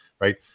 Right